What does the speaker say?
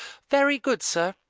very good, sir,